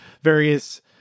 various